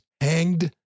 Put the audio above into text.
hanged